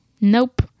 nope